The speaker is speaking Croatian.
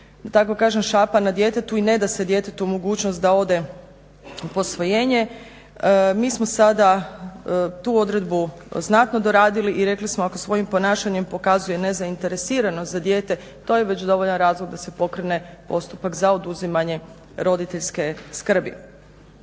tako kažem, šapa na djetetu i neda se djetetu mogućnost da ode u posvojenje. Mi smo sada tu odredbu znatno doradili i rekli smo ako svojim ponašanjem pokazuje nezainteresiranost za dijete, to je već dovoljan razlog da se pokrene postupak za oduzimanje roditeljske skrbi.